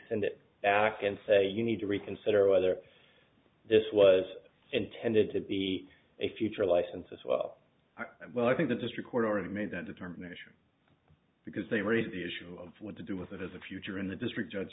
send it back and say you need to reconsider whether this was intended to be a future license as well well i think the district court already made that determination because they raised the issue of what to do with it as a future in the district judge